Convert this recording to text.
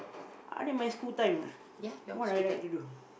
other than my school time ah what I like to do